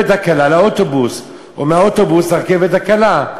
הקלה לאוטובוס או מהאוטובוס לרכבת הקלה.